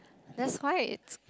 that's why it's